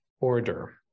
order